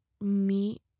meet